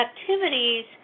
activities